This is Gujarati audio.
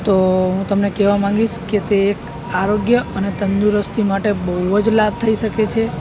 તો હું તમને કેવા માંગીશ કે તે એક આરોગ્ય અને તંદુરસ્તી માટે બહુ જ લાભ થઈ શકે છે